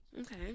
Okay